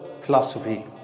philosophy